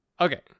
Okay